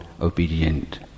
obedient